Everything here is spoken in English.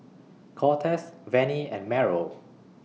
Cortez Vennie and Meryl